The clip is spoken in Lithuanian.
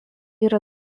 yra